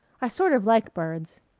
i sort of like birds.